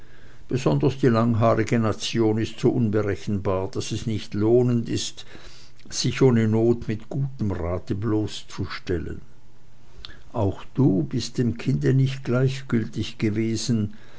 besonders die langhaarige nation ist so unberechenbar daß es nicht lohnend ist sich ohne not mit gutem rate bloßzustellen auch du bist dem kinde nicht gleichgültig gewesen